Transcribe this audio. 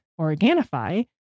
Organifi